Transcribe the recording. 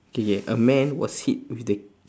okay okay a man was hit with the